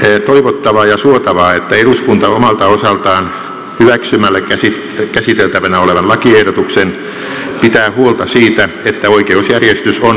on toivottavaa ja suotavaa että eduskunta omalta osaltaan hyväksymällä käsiteltävänä olevan lakiehdotuksen pitää huolta siitä että oikeusjärjestys on siinä muodossa kuin on tarkoitettu